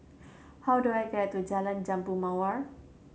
how do I get to Jalan Jambu Mawar